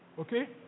Okay